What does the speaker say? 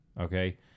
Okay